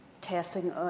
testing